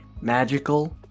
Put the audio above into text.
magical